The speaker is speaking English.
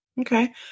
Okay